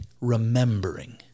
remembering